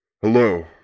Hello